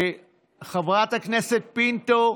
חברת הכנסת פינטו,